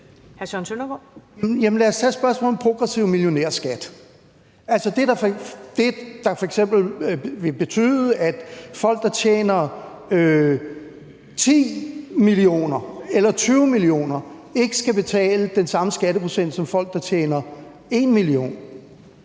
lad os tage spørgsmålet om progressiv millionærskat. Det vil f.eks. betyde, at folk, der tjener 10 mio. kr. eller 20 mio. kr., ikke skal betale den samme skatteprocent som folk, der tjener 1 mio.